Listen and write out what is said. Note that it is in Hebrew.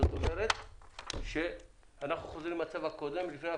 זה אומר שאנחנו חוזרים למצב הקודם לפני הקורונה,